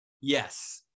Yes